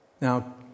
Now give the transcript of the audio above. Now